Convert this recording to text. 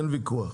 אין ויכוח.